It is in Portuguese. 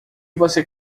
você